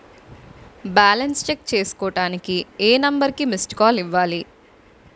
Balance check చేసుకోవటానికి ఏ number కి మిస్డ్ కాల్ ఇవ్వాలి?